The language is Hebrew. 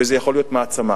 וזה יכול להיות ממעצמה.